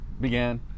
began